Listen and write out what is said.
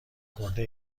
خورده